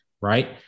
right